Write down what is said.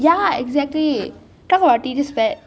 ya exactly because of our teacher's pet